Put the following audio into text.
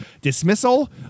dismissal